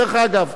דרך אגב,